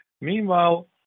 meanwhile